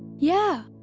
yeah!